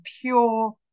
pure